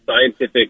scientific